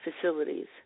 facilities